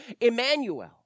Emmanuel